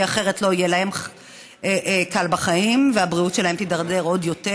כי אחרת לא יהיה להם קל בחיים והבריאות שלהם תידרדר עוד יותר,